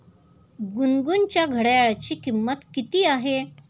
गुनगुनच्या घड्याळाची किंमत किती आहे?